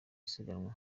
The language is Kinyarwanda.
isiganwa